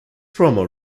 promo